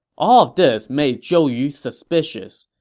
all of this made zhou yu suspicious.